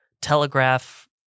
telegraph